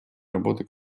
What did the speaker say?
работы